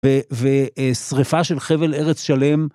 ושריפה של חבל ארץ שלם.